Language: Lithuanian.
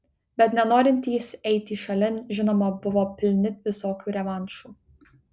bet nenorintys eiti šalin žinoma buvo pilni visokių revanšų